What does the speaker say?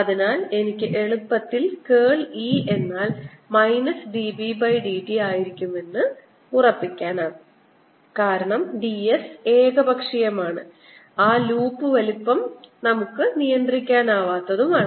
അതിനാൽ എനിക്ക് എളുപ്പത്തിൽ കേൾ E എന്നാൽ മൈനസ് dB by dt ആയിരിക്കുമെന്ന് നിഗമനം ചെയ്യാൻ കഴിയും കാരണം ds ഏകപക്ഷീയമാണ് ആ ലൂപ്പ് വലുപ്പം അനിയന്ത്രിതമാണ്